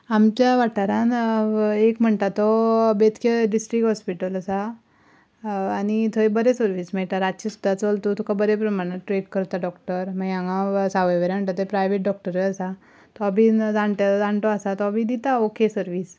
आमच्या वाठारांत एक म्हणटा तो बेतके डिस्ट्रीक्ट हॉस्पिटल आसा आनी थंय बरें सर्वीस मेळटा रातचें सुद्दां चल तूं तुका बरे प्रमाणे ट्रीट करता डॉक्टर मागीर हांगा सावयवेरें म्हणटा तें प्रायव्हेट डॉक्टरय आसा तो बी जाणटे जाणटो आसा तो बी दिता ओके सर्वीस